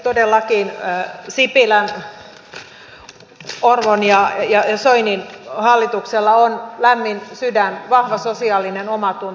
todellakin sipilän orpon ja soinin hallituksella on lämmin sydän vahva sosiaalinen omatunto